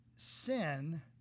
Sin